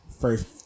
first